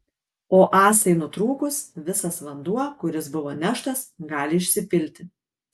o ąsai nutrūkus visas vanduo kuris buvo neštas gali išsipilti